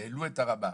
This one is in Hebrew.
שהעלו את הרמה,